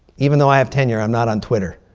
even though i have tenure, i'm not on twitter.